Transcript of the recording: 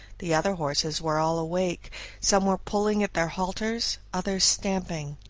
the other horses were all awake some were pulling at their halters, others stamping.